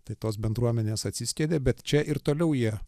tai tos bendruomenės atsiskiedė bet čia ir toliau jie